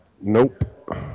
Nope